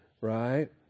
right